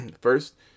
First